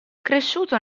cresciuto